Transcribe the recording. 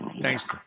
Thanks